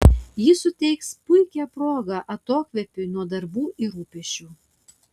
ji suteiks puikią progą atokvėpiui nuo darbų ir rūpesčių